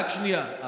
רק שנייה.